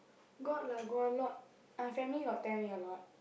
got lah got a lot my family got tell me a lot